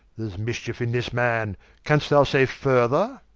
there's mischiefe in this man canst thou say further?